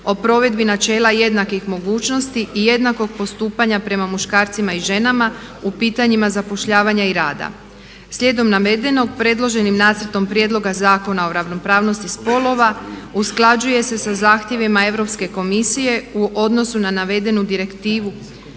o provedbi načela jednakih mogućnosti i jednakog postupanja prema muškarcima i ženama u pitanjima zapošljavanja i rada. Slijedom navedenog predloženim nacrtom Prijedloga zakona o ravnopravnosti spolova usklađuje se sa zahtjevima Europske komisije u odnosu na navedenu direktivu.